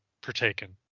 partaken